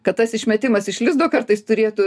kad tas išmetimas iš lizdo kartais turėtų